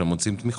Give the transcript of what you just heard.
שהם רוצים תמיכות.